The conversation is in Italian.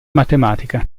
matematica